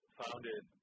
founded